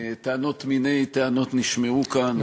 טענות מיני טענות נשמעו כאן,